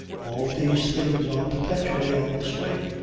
all these things are perpetually on the swing.